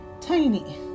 tiny